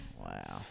Wow